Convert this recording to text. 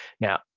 Now